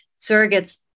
surrogates